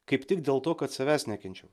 kaip tik dėl to kad savęs nekenčiau